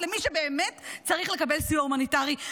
למי שבאמת צריך לקבל סיוע הומניטרי.